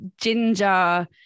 ginger